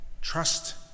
trust